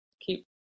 keep